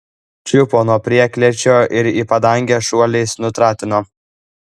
čiupo nuo prieklėčio ir į padangę šuoliais nutratino